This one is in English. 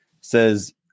says